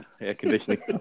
Air-conditioning